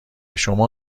شما